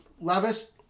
Levis